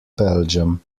belgium